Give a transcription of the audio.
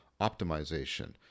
optimization